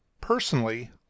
personally